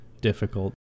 difficult